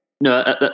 No